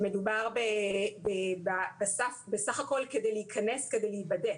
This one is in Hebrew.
מדובר בסך הכול כדי להיכנס, כדי להיבדק.